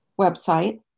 website